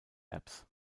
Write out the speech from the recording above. apps